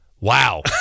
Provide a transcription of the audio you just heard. wow